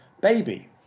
baby